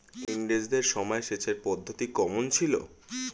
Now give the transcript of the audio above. ইঙরেজদের সময় সেচের পদ্ধতি কমন ছিল?